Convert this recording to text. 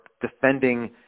defending